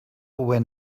when